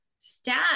stats